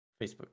Facebook